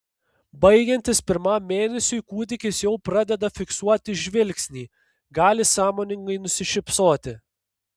baigiantis pirmam mėnesiui kūdikis jau pradeda fiksuoti žvilgsnį gali sąmoningai nusišypsoti